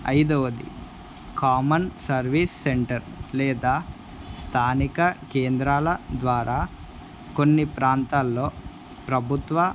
ఐదవది common service centre లేదా స్థానిక కేంద్రాల ద్వారా కొన్ని ప్రాంతాలలో ప్రభుత్వ